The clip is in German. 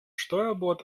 steuerbord